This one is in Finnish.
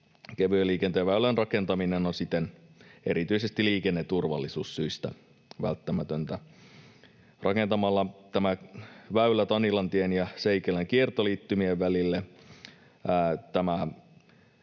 Kevyen liikenteen väylän rakentaminen on siten erityisesti liikenneturvallisuussyistä välttämätöntä. Tämän väylän rakentaminen Tanilantien ja Seikelän kiertoliittymien välille